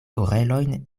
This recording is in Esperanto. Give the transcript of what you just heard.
orelojn